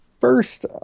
First